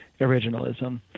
originalism